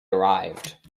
arrived